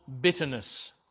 bitterness